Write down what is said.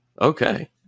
Okay